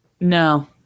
No